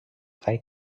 drei